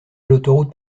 l’autoroute